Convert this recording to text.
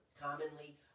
Commonly